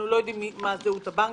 אנחנו לא יודעים מה זהות הבנקים,